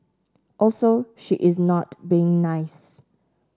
also she is not being nice